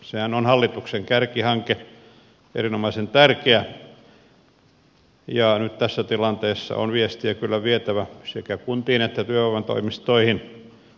sehän on hallituksen kärkihanke erinomaisen tärkeä ja nyt tässä tilanteessa on viestiä kyllä vietävä sekä kuntiin että työvoimatoimistoihin